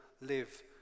live